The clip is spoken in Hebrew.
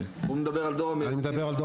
אני מדבר על דור המייסדים.